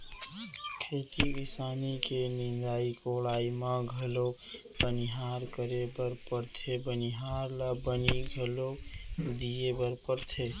खेती किसानी के निंदाई कोड़ाई म घलौ बनिहार करे बर परथे बनिहार ल बनी घलौ दिये बर परथे